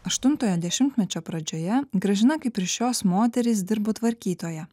aštuntojo dešimtmečio pradžioje gražina kaip ir šios moterys dirbo tvarkytoja